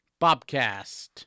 Bobcast